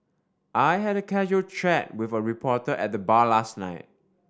I had a casual chat with a reporter at the bar last night